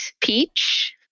peach